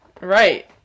Right